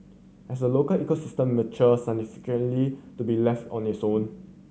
has the local ecosystem matured scientifically to be left on its own